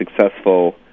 successful